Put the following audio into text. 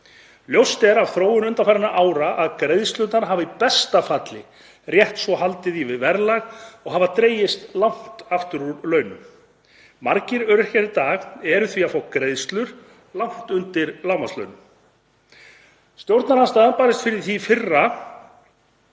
Ljóst er af þróun undanfarinna ára að greiðslurnar hafa í besta falli rétt svo haldið í við verðlag og hafa dregist langt aftur úr launum. Margir öryrkjar í dag eru því að fá greiðslur langt undir lágmarkslaunum. Stjórnarandstaðan barðist í fyrra